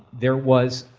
there was,